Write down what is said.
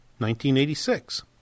1986